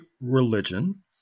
religion